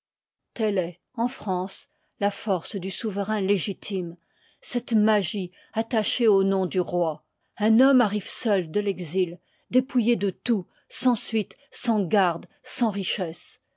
est en france la force du souverain légitime cette magie attachée au nom du roi un homme arrive seul de texil dépouillé de tout sans suite sans gardes sans richesses